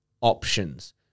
options